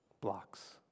blocks